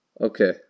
Okay